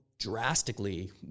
drastically